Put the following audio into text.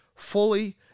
Fully